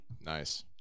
Nice